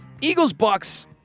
Eagles-Bucks